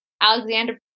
Alexander